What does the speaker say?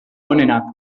onenak